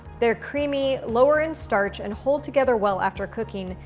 they're creamy, lower in starch, and hold together well after cooking,